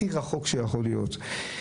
הכי רחוק שיכול להיות.